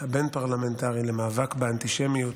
הבין-פרלמנטרי למאבק באנטישמיות,